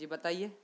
جی بتائیے